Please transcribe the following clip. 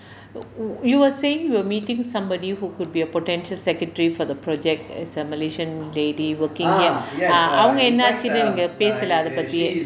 you were saying we'll meeting somebody who could be a potential secretary for the project is a malaysian lady working in ah அவங்க என்ன ஆச்சுனது இங்க பேசலை அதை பற்றி:avanga enna aachuthu inga pesalai athai patri